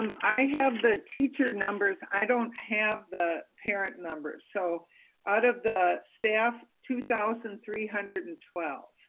and i have the teacher numbers. i don't have the parent numbers. so out of the staff, two thousand three hundred and twelve.